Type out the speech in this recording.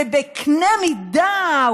ובקנה מידה,